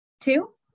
Two